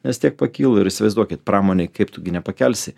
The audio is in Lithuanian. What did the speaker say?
nes tiek pakilo ir įsivaizduokit pramonėj kaip tu gi nepakelsi